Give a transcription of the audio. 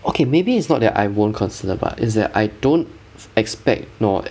okay maybe is not that I won't consider but is that I don't expect no